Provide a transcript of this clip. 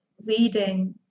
reading